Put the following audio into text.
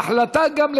להחלטה גם,